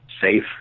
safe